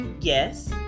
Yes